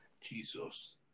Jesus